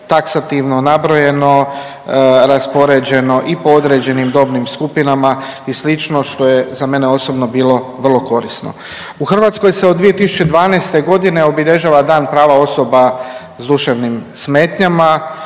taksativno nabrojeno raspoređeno i prema određenim dobnim skupinama i sl. što je za mene osobno bilo vrlo korisno. U Hrvatskoj se od 20212.g. obilježava Dan prava osoba s duševnim smetnjama,